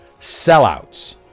sellouts